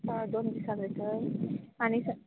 आं दोन दिसा भितर आनी स